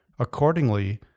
Accordingly